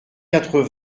quatre